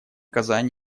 казань